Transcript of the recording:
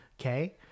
Okay